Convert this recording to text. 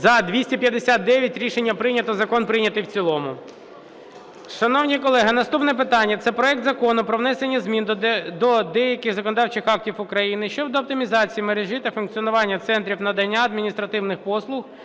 За-259 Рішення прийнято. Закон прийнятий в цілому. Шановні колеги, наступне питання – це проект Закону про внесення змін до деяких законодавчих актів України щодо оптимізації мережі та функціонування центрів надання адміністративних послуг